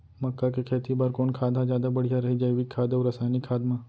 मक्का के खेती बर कोन खाद ह जादा बढ़िया रही, जैविक खाद अऊ रसायनिक खाद मा?